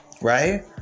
right